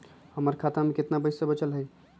हमर खाता में केतना पैसा बचल हई?